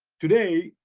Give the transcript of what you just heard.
today,